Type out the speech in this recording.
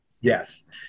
Yes